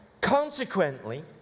Consequently